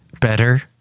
better